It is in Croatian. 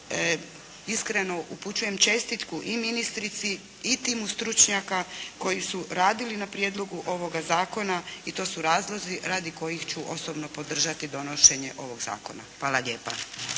Iskreno upućujem čestitku i ministrici i timu stručnjaka koji su radili na prijedlogu ovoga zakona i to su razlozi radi kojih ću osobno podržati donošenje ovog zakona. Hvala lijepa.